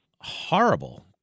horrible